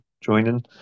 joining